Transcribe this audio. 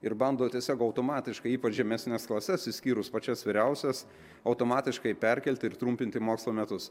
ir bando tiesiog automatiškai ypač žemesnes klases išskyrus pačias vyriausias automatiškai perkelti ir trumpinti mokslo metus